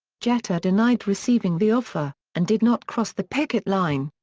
jeter denied receiving the offer, and did not cross the picket line.